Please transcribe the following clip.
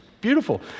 beautiful